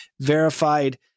verified